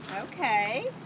Okay